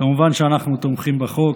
כמובן שאנחנו תומכים בחוק,